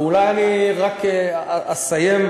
ואולי אני רק אסיים.